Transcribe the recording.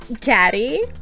Daddy